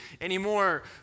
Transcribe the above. anymore